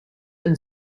een